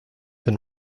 been